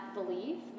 believe